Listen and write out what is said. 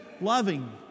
loving